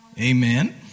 Amen